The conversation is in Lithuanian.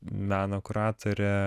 meno kuratorė